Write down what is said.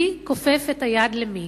מי כופף את היד למי.